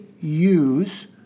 use